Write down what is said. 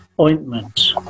ointment